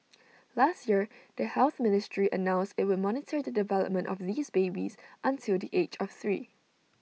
last year the health ministry announced IT would monitor the development of these babies until the age of three